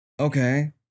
okay